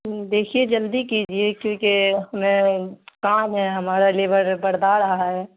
ہوں دیکھیے جلدی کیجیے کیونکہ ہمیں کام ہے ہمارا لیبر بردا رہا ہے